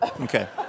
Okay